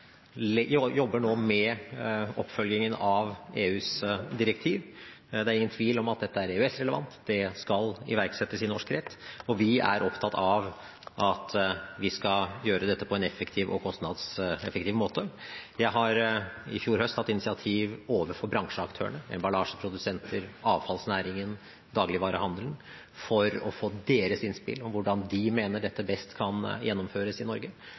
jobber nå med oppfølgingen av EUs direktiv. Det er ingen tvil om at dette er EØS-relevant. Det skal iverksettes i norsk rett, og vi er opptatt av at vi skal gjøre dette på en effektiv og kostnadseffektiv måte. Jeg tok i fjor høst initiativ overfor bransjeaktørene – emballasjeprodusenter, avfallsnæringen, dagligvarehandelen – for å få deres innspill på hvordan de mener at dette best kan gjennomføres i Norge